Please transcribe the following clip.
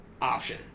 option